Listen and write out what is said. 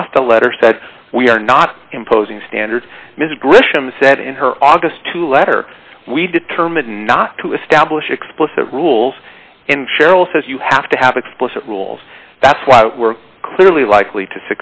cost a letter said we are not imposing standards ms grisham said in her august two letter we determined not to establish explicit rules in cheryl says you have to have explicit rules that's why we're clearly likely to